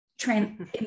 trans